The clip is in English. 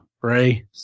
Ray